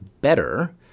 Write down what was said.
better